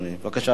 בבקשה, אדוני.